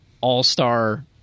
all-star